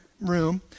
room